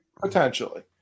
Potentially